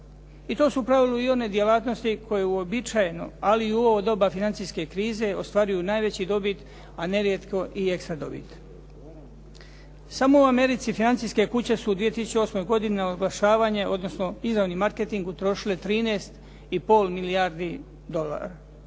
I to su provele i one djelatnosti koje uobičajeno, ali i u ovo doba financijske krize ostvaruju najveći dobit, a nerijetko i ekstra dobit. Samo u Americi financijske kuće su u 2008. godini na oglašavanje, odnosno izravni marketing utrošile 13,5 milijardi dolara,